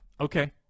Okay